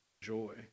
joy